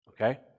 okay